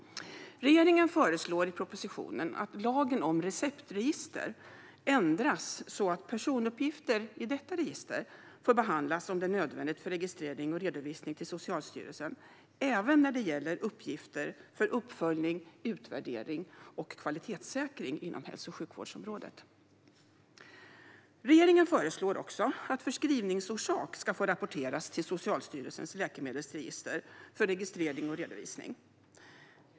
Regeringen föreslår i propositionen att lagen om receptregister ändras så att personuppgifter i detta register får behandlas om det är nödvändigt för registrering och redovisning till Socialstyrelsen även när det gäller uppgifter för uppföljning, utvärdering och kvalitetssäkring inom hälso och sjukvårdsområdet. Regeringen föreslår också att förskrivningsorsak ska få rapporteras till Socialstyrelsens läkemedelsregister för registrering och redovisning.